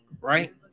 right